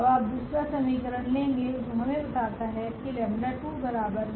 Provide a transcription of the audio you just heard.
अब आप दूसरा समीकरण लेंगे जो हमें बताता है कि 𝜆2𝑣2−𝑣3 है